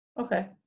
Okay